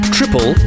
Triple